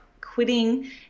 quitting